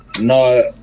No